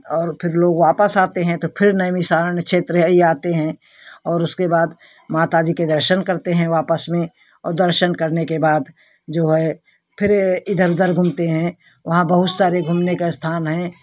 और फिर लोग वापस आते हैं तो फिर नैमिसारण्य क्षेत्र ही आते हैं और उसके बाद माता जी के दर्शन करते हैं वापस में और दर्शन करने के बाद जो है फिर इधर उधर घूमते हैं वहाँ बहुत सारे घूमने का स्थान हैं